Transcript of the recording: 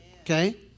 Okay